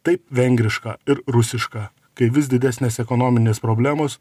taip vengriška ir rusiška kai vis didesnės ekonominės problemos